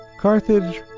Carthage